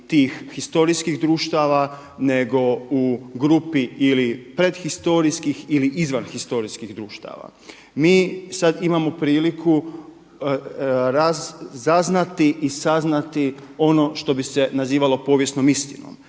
tih historijskih društava nego u grupi ili predhistorijskih ili izvanhistorijskih društava. Mi sada imamo priliku razaznati i saznati ono što bi se nazivalo povijesnom istinom.